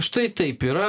štai taip yra